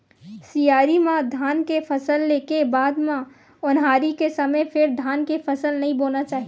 सियारी म धान के फसल ले के बाद म ओन्हारी के समे फेर धान के फसल नइ बोना चाही